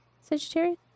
Sagittarius